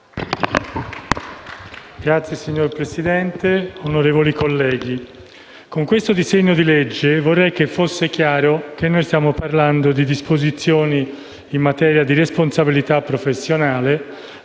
Signor Presidente, onorevoli colleghi, con questo disegno di legge vorrei fosse chiaro che stiamo parlando di disposizioni in materia di responsabilità professionale,